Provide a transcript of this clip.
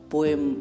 Poem